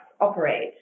operate